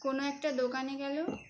কোনো একটা দোকানে গেল